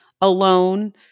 alone